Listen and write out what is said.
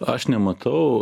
aš nematau